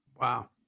Wow